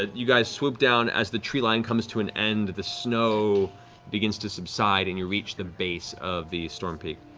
you guys swoop down. as the treeline comes to an end, the snow begins to subside and you reach the base of the stormpeak.